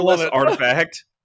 artifact